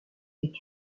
est